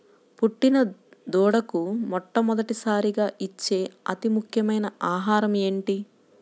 పుట్టిన దూడకు మొట్టమొదటిసారిగా ఇచ్చే అతి ముఖ్యమైన ఆహారము ఏంటి?